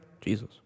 Jesus